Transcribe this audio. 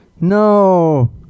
No